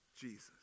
Jesus